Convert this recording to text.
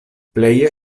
pleje